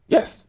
Yes